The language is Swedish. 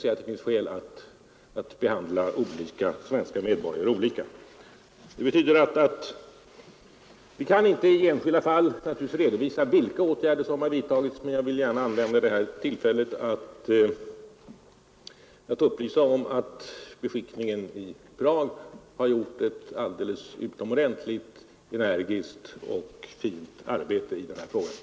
Det finns inga skäl för att behandla svenska medborgare olika i sådana sammanhang. Givetvis kan vi inte i enskilda fall redovisa vilka åtgärder som vidtagits, men jag vill gärna använda detta tillfälle till att förklara att beskickningen i Prag i det fall som här är aktuellt har uträttat ett utomordentligt gott arbete.